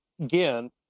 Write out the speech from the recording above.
again